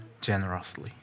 generously